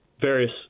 various